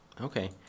Okay